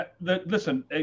listen